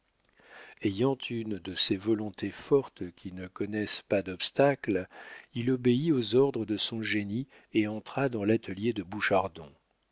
ayant une de ces volontés fortes qui ne connaissent pas d'obstacles il obéit aux ordres de son génie et entra dans l'atelier de